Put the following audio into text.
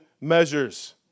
measures